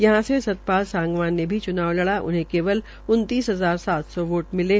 यहां से सतपाल सांगवान ने भी च्ना लड़ा उन्हें केवल उनतीस हजार सात सौ वोट मिले